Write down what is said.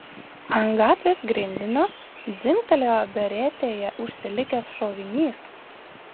ant gatvės grindinio dzingtelėjo beretėje užsilikęs šovinys